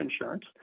insurance